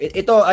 ito